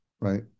right